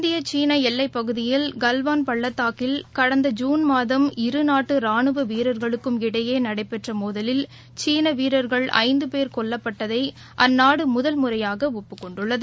இந்திய சீனஎல்லைப் பகுதியில் கல்வான் பள்ளத்தாக்கில் கடந்த ஜூன் மாதம் இரு நாட்டுரானுவவீரர்களுக்கும் இடையேநடைபெற்றமோதலில் சீனவீரர்கள் ஐந்தபோ கொல்லப்பட்டதைஅந்நாடுமுதல் முறையாகஒப்புக் கொண்டுள்ளது